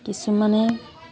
কিছুমানে